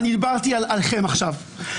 אני דיברתי עליכם עכשיו.